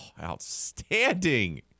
outstanding